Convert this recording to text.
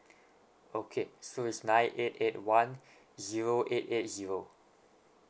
okay so it's nine eight eight one zero eight eight zero